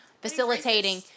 facilitating